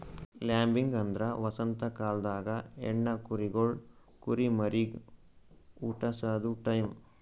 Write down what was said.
lambing ಅಂದ್ರ ವಸಂತ ಕಾಲ್ದಾಗ ಹೆಣ್ಣ ಕುರಿಗೊಳ್ ಕುರಿಮರಿಗ್ ಹುಟಸದು ಟೈಂ